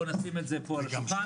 בוא נשים את זה פה על השולחן,